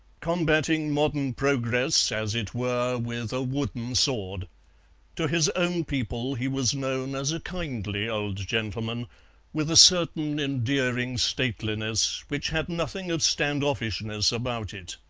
combating modern progress, as it were, with a wooden sword to his own people he was known as a kindly old gentleman with a certain endearing stateliness which had nothing of standoffishness about it.